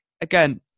again